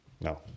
No